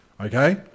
Okay